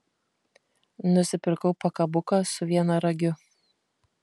nusipirkau pakabuką su vienragiu